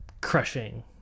crushing